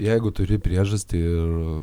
jeigu turi priežastį ir